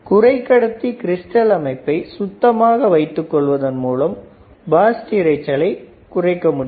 குறைக்கடத்தி கிறிஸ்டல் அமைப்பை சுத்தமாக வைத்துக் கொள்வதன் மூலம் போஸ்ட் இரைச்சலை குறைக்க முடியும்